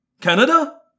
Canada